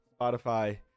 spotify